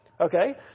Okay